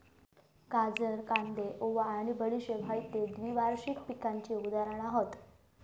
गाजर, कांदे, ओवा आणि बडीशेप हयते द्विवार्षिक पिकांची उदाहरणा हत